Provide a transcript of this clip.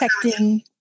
protecting